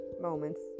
moments